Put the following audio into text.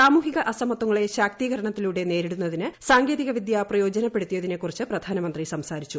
സാമൂഹിക അസമത്വങ്ങളെ ശാക്തീകരണത്തിലൂടെ നേരിടുന്നതിന് സാങ്കേതിക വിദ്യ പ്രയോജനപ്പെടുത്തിയതിനെക്കുറിച്ച് പ്രധാനമന്ത്രി സംസാരിച്ചു